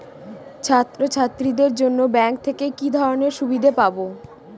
ছাত্রছাত্রীদের জন্য ব্যাঙ্ক থেকে কি ধরণের প্রকল্পের সুবিধে পাবো?